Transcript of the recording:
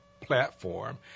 platform